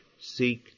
seek